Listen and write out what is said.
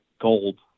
gold